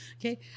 Okay